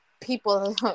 people